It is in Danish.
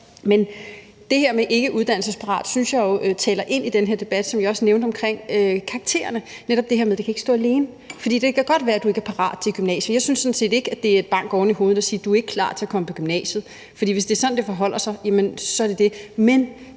Men det her med ikke uddannelsesparat synes jeg jo taler ind i den her debat, som jeg også nævnte omkring karaktererne, netop det her med, at det ikke kan stå alene. For det kan godt være, at du ikke er parat til et gymnasie. Jeg synes sådan set ikke, at det er et bank oven i hovedet at sige, at du ikke er klar til at komme på gymnasiet, for hvis det er sådan, det forholder sig, jamen så er det det. Men